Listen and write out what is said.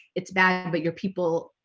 it's bad, but you're people,